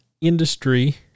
industry